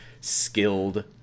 skilled